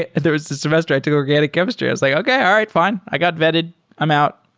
and there was this semester i took organic chemistry. i was like, okay. all right. fine. i got vetted i'm out.